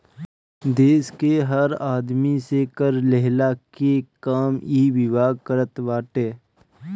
देस के हर आदमी से कर लेहला के काम इ विभाग करत बाटे